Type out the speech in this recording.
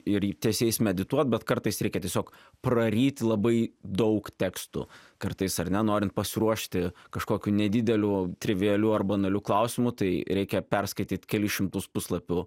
ir į ties jais medituot bet kartais reikia tiesiog praryti labai daug tekstų kartais ar ne norint pasiruošti kažkokiu nedideliu trivialiu ar banaliu klausimu tai reikia perskaityt kelis šimtus puslapių